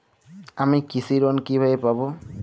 আমি কৃষি লোন কিভাবে পাবো?